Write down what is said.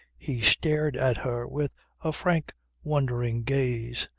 he stared at her with a frank wondering gaze.